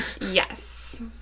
yes